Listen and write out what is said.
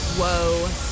whoa